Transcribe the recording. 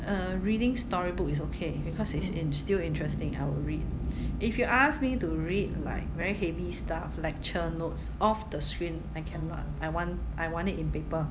err reading storybook is okay because it's it's still interesting I would read if you ask me to read like very heavy stuff lecture notes off the screen I cannot I want I want it in paper